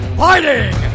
fighting